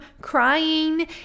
crying